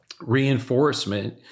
reinforcement